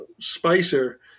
Spicer